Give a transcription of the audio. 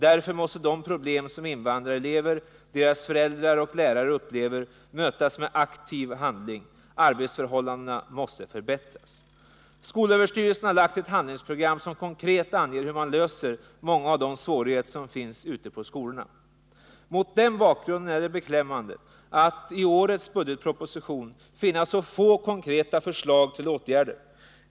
Därför måste de problem som invandrarelever, deras föräldrar och lärare upplever mötas med aktiv handling. Arbetsförhållandena måste förbättras. SÖ har lagt fram ett konkret handlingsprogram för hur man kan komma till rätta med många av de svårigheter som finns ute i skolorna. Mot denna bakgrund är det beklämmande att årets budgetproposition innehåller så få konkreta förslag till åtgärder.